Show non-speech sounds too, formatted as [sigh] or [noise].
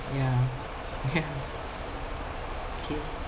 yeah yeah [laughs] K